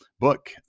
book